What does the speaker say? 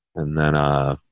and then, ah,